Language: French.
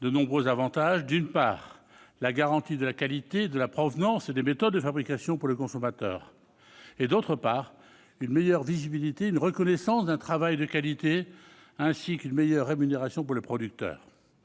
de nombreux avantages : d'une part, la garantie de la qualité, de la provenance et des méthodes de fabrication pour le consommateur ; d'autre part, une meilleure visibilité, une reconnaissance d'un travail de qualité, ainsi qu'une meilleure rémunération pour le producteur.